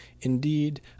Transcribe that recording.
Indeed